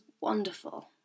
wonderful